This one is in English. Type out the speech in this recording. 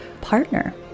partner